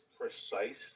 precise